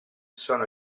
sono